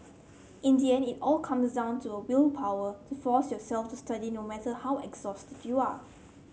in the end it all comes down to willpower to force yourself to study no matter how exhausted you are